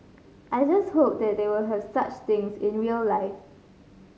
I just hope that they will have such things in real life